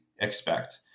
expect